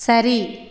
சரி